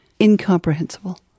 incomprehensible